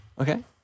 Okay